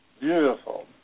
beautiful